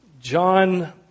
John